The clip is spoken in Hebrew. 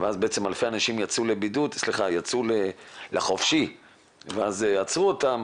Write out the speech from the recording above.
ואז בעצם אלפי אנשים יצאו לחופשי ואז עצרו אותם,